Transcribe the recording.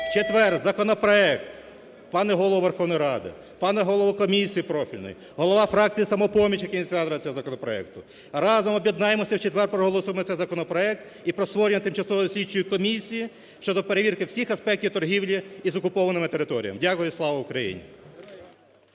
четвер законопроект, пане Голово Верховної Ради, пане голово комісії профільної, голова фракції "Самопоміч" як ініціатора цього законопроекту, разом об'єднаємося, в четвер проголосуємо цей законопроект і про створення тимчасової слідчої комісії щодо перевірки всіх аспектів торгівлі із окупованими територіями. Дякую. Слава Україні!